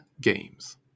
games